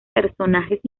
personajes